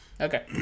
Okay